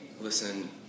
listen